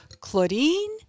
Claudine